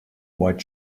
white